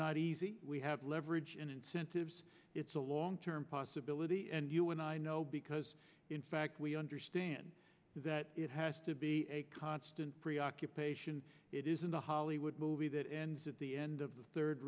not easy we have leverage in incentives it's a long term possibility and you and i know because in fact we understand that it has to be a constant preoccupation it isn't a hollywood movie that ends at the end of the third